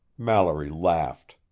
mallory laughed.